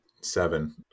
Seven